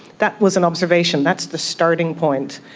that was an observation, that's the starting point.